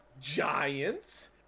Giants